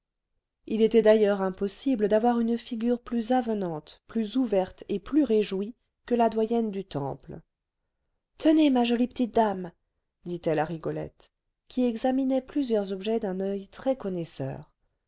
il était d'ailleurs impossible d'avoir une figure plus avenante plus ouverte et plus réjouie que la doyenne du temple tenez ma jolie petite dame dit-elle à rigolette qui examinait plusieurs objets d'un oeil